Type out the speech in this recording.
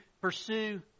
pursue